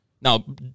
Now